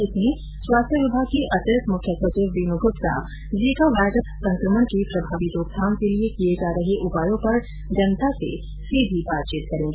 जिसमें स्वास्थ्य विभाग की अतिरिक्त मुख्य सचिव वीन गुप्ता जीका वायरस संक्रमण की प्रभावी रोकथाम के लिए किए जा रहे उपायो पर जनता से सीधी बातचीत करेगी